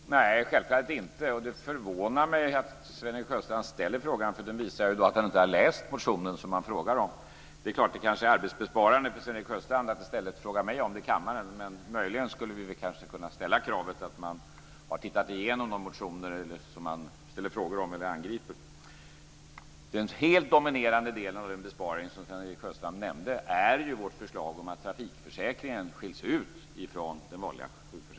Fru talman! Nej, det tror vi självfallet inte, och det förvånar mig att Sven-Erik Sjöstrand ställer frågan, för den visar att han inte har läst den motion som han frågar som. Det är klart att det kanske är arbetsbesparande för Sven-Erik Sjöstrand att i stället fråga mig om den i kammaren, men vi kanske skulle kunna ställa kravet att man har tittat igenom de motioner som man ställer frågor om eller angriper. Den helt dominerande delen av den besparing som Sven-Erik Sjöstrand nämnde är ju vårt förslag om att trafikförsäkringen skiljs ut från den vanliga sjukförsäkringen.